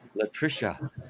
Latricia